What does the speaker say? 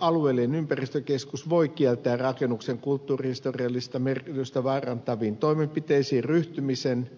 alueellinen ympäristökeskus voi kieltää rakennuksen kulttuurihistoriallista merkitystä vaarantaviin toimenpiteisiin ryhtymisen